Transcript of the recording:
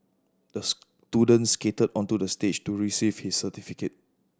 the student skated onto the stage to receive his certificate